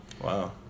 Wow